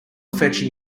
fetching